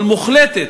אבל מוחלטת,